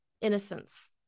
innocence